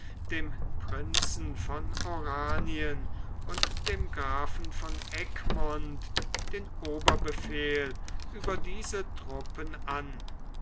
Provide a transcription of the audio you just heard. dem prinzen von oranien und dem grafen von egmont den oberbefehl über diese truppen an